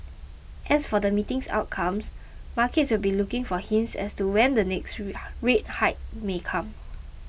as for the meeting's outcome markets will be looking for hints as to when the next rate hike may come